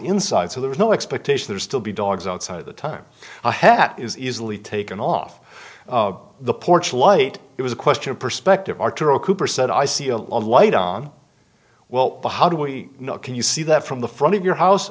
inside so there's no expectation there's still be dogs outside of the time a hat is easily taken off the porch light it was a question of perspective arturo cooper said i see a light on well how do we know can you see that from the front of your house